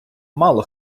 мало